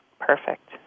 Perfect